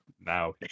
Now